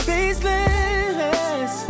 Faceless